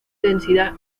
densidad